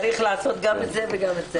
צריך לעשות גם את זה וגם את זה.